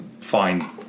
fine